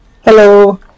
Hello